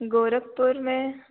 गोरखपुर में